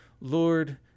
Lord